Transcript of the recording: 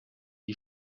die